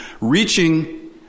reaching